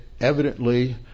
evidently